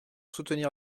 soutenir